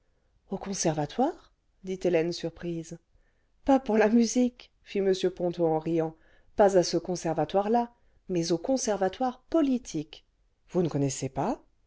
au conservatoire dit hélène surprise pas pour la musique fit m ponto en riant pas à ce conservatoire là mais au conservatoire politique vous ne connaissez pas